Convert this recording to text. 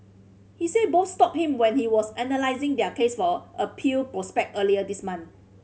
he said both stopped him when he was analysing their case for appeal prospect earlier this month